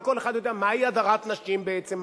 לא כל אחד יודע מהי הדרת נשים בעצם.